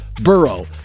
Burrow